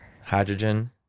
Hydrogen